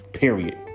Period